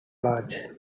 large